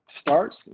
starts